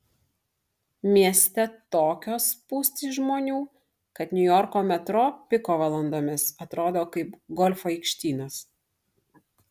mieste tokios spūstys žmonių kad niujorko metro piko valandomis atrodo kaip golfo aikštynas